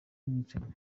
umwicanyi